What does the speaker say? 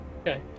Okay